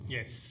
Yes